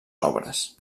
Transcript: obres